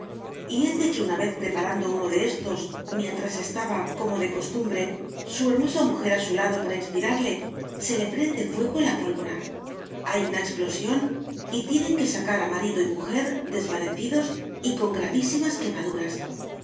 y hete que una vez preparando unos de éstos mientras estaba como de costumbre su hermosa mujer a su lado para inspirarle se le prende fuego la pólvora hay una explosión y tienen que sacar a marido y mujer desvanecidos y con gravísimas quemaduras